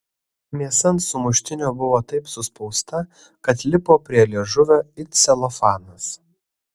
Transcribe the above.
mėsa ant sumuštinio buvo taip suspausta kad lipo prie liežuvio it celofanas